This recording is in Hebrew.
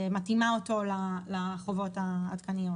מתאימה אותו לחובות העדכניות,